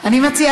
אני לא,